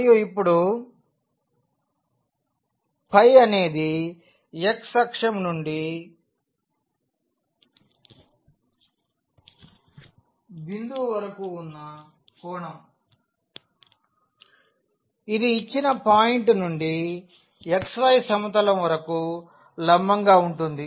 మరియు ఇప్పుడు అనేది x అక్షం నుండి బిందువు వరకు ఉన్న కోణం ఇది ఇచ్చిన పాయింట్ నుండి xy సమతలం వరకు లంబంగా ఉంటుంది